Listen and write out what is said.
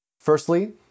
Firstly